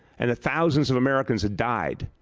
and thousands of americans had died,